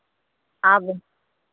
आप